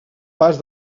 pas